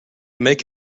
make